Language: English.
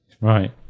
right